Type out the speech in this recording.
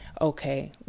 okay